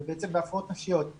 בעצם בהפרעות נפשיות,